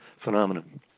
phenomenon